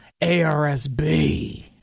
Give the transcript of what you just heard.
ARSB